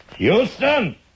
Houston